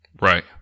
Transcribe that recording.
Right